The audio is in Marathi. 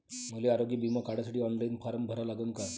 मले आरोग्य बिमा काढासाठी ऑनलाईन फारम भरा लागन का?